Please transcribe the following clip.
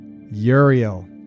Uriel